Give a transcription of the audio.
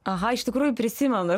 aha iš tikrųjų prisimenu